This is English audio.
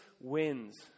wins